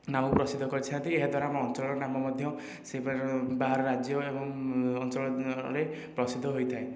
ନାମ ପ୍ରସିଦ୍ଧ କରିଛନ୍ତି ଏହାଦ୍ୱାରା ଆମ ଅଞ୍ଚଳର ନାମ ମଧ୍ୟ ସେହିପ୍ରକାର ବାହାର ରାଜ୍ୟ ଏବଂ ଅଞ୍ଚଳରେ ପ୍ରସିଦ୍ଧ ହୋଇଥାଏ